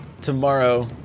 tomorrow